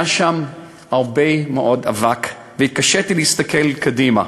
היה שם הרבה מאוד אבק והתקשיתי להסתכל קדימה.